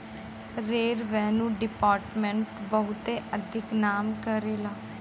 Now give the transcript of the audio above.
revenue department बहुते अधिक नाम करेला